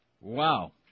Wow